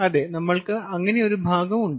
അതെ നമ്മൾക്ക് അങ്ങനെ ഒരു ഭാഗം ഉണ്ട്